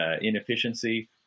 inefficiency